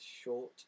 short